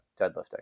deadlifting